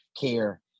care